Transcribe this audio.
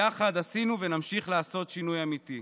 יחד עשינו ונמשיך לעשות שינוי אמיתי.